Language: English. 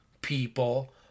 people